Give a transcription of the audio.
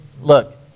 look